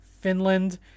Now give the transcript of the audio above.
Finland